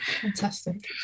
fantastic